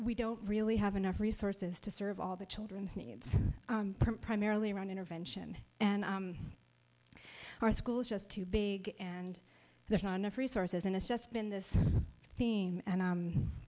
we don't really have enough resources to serve all the children's needs primarily around intervention and our school is just too big and there's not enough resources and it's just been this theme